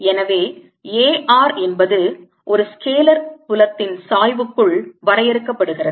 எனவே A r என்பது ஒரு ஸ்கேலார் புலத்தின் சாய்வுக்குள் வரையறுக்கப்படுகிறது